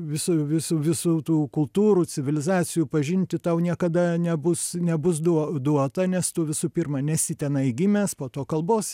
visų visų visų tų kultūrų civilizacijų pažinti tau niekada nebus nebus duo duota nes tu visų pirma nesi tenai gimęs po to kalbos